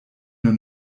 nur